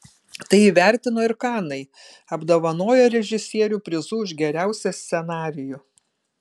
tai įvertino ir kanai apdovanoję režisierių prizu už geriausią scenarijų